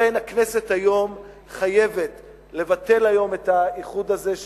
לכן הכנסת חייבת לבטל היום את האיחוד הזה,